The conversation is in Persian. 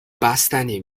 بستنی